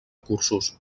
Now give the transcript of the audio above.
cursos